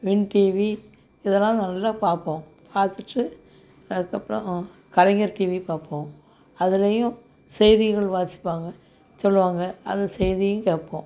win TV இதலாம் நல்லா பார்ப்போம் பார்த்துட்டு அதுக்கப்றம் கலைஞர் டிவி பார்ப்போம் அதுலேயும் செய்திகள் வாசிப்பாங்க சொல்வாங்க அந்த செய்தியும் கேட்போம்